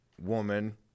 woman